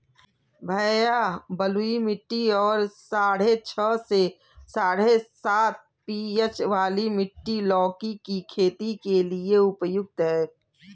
भैया बलुई मिट्टी और साढ़े छह से साढ़े सात पी.एच वाली मिट्टी लौकी की खेती के लिए उपयुक्त है